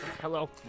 hello